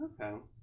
Okay